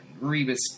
Rebus